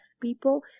people